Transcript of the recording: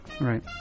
right